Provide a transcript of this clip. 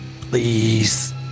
Please